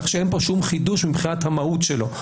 כך שאין כאן כל חידוש מבחינת המהות שלו,